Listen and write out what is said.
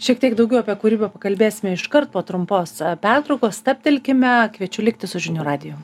šiek tiek daugiau apie kūrybą pakalbėsime iškart po trumpos pertraukos stabtelkime kviečiu likti su žinių radiju